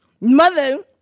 mother